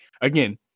again